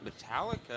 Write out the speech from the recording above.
Metallica